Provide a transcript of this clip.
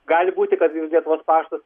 gali būti kad lietuvos paštas